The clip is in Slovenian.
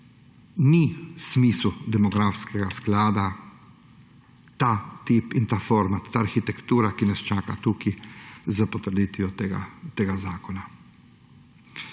Ni smisel demografskega sklada ta tip in ta forma, ta arhitektura, ki nas čaka tukaj s potrditvijo tega zakona.